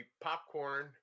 popcorn